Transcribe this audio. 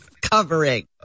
covering